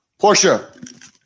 porsche